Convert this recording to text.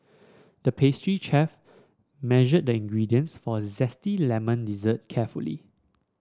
the pastry chef measured the ingredients for a zesty lemon dessert carefully